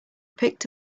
picked